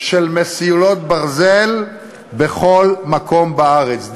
של מסילות ברזל בכל מקום בארץ.